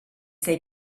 they